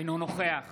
אינו נוכח